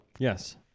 Yes